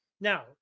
Now